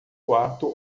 quarto